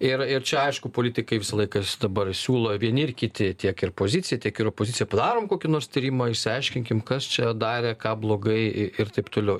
ir ir čia aišku politikai visą laiką dabar siūlo vieni ir kiti tiek ir pozicija tiek ir opozicija padarom kokį nors tyrimą išsiaiškinkim kas čia darė ką blogai i ir taip toliau